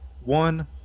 one